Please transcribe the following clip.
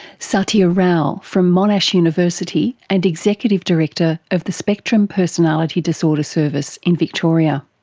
sathya rao from monash university and executive director of the spectrum personality disorder service in victoria.